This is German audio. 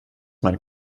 meine